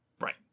Right